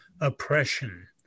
oppression